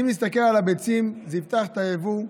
אם נסתכל על הביצים, זה יפתח את היבוא,